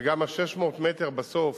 וגם 600 המטר בסוף,